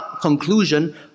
conclusion